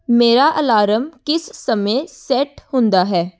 ਮੇਰਾ ਅਲਾਰਮ ਕਿਸ ਸਮੇਂ ਸੈੱਟ ਹੁੰਦਾ ਹੈ